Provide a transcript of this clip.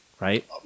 right